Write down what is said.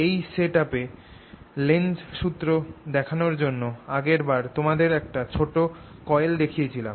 এই সেট আপে এ লেন্জস সুত্র দেখানর জন্য আগের বার তোমাদের একটা ছোট কয়েল দেখিয়েছিলাম